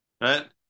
Right